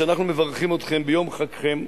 שאנחנו מברכים אתכם ביום חגכם,